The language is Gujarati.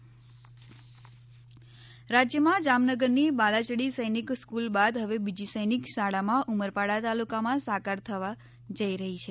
સૈનિક સ્કૂલ રાજ્યમાં જામનગરની બાલાયડી સૈનિક સ્કુલ બાદ હવે બીજી સૈનિક શાળા ઉમરપાડા તાલુકામાં સાકાર થવા જઈ રહી છે